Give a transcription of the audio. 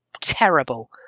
terrible